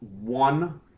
one